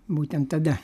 būtent tada